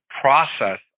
process